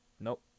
nope